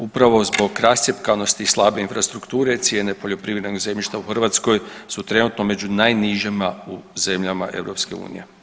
Upravo zbog rascjepkanosti i slabije infrastrukture cijene poljoprivrednog zemljišta u Hrvatskoj su trenutno među najnižima u zemljama EU.